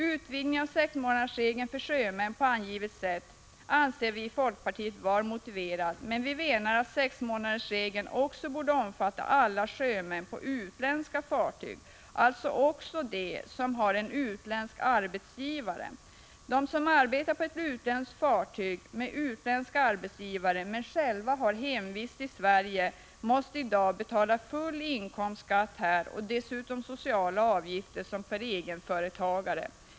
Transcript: Utvidgningen av sexmånadersregeln för sjömän på angivet sätt anser vi i folkpartiet vara motiverad, men vi menar att sexmånadersregeln också borde omfatta alla sjömän på utländska fartyg, alltså också dem som har en utländsk arbetsgivare. De som arbetar på ett utländskt fartyg med utländsk arbetsgivare men själva har hemvist i Sverige måste i dag betala full inkomstskatt här och dessutom sociala avgifter som för egen företagare.